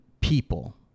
people